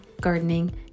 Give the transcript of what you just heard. gardening